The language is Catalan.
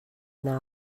anar